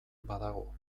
badago